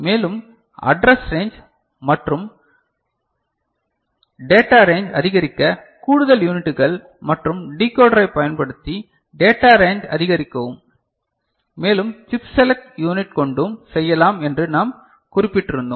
மேலும் address range மற்றும் data range அதிகரிக்க கூடுதல் யூனிட்டுகள் மற்றும் டிகோடரைப் பயன்படுத்தி டேட்டா ரேஞ்ச் அதிகரிக்கவும் மேலும் சிப் செலக்ட் யூனிட் கொண்டும் செய்யலாம் என்று நாம் குறிப்பிட்டு இருந்தோம்